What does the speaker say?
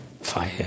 fire